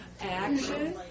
Action